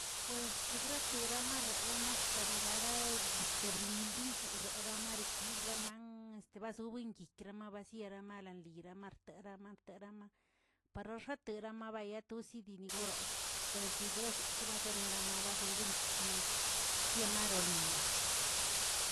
Pues grateramar xamarteriraꞌ este bilimbín zierraꞌramarriꞌti raman bazonguenguikrə masyiera malanlira marteran marteranma para xoteran mayantub zidinigoroꞌ. tesibuezə kebazenera masbuenguyikuk tianmarolinmaꞌ.